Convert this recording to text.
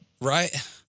Right